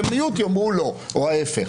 ומיעוט יאמרו לא או ההפך.